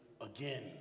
again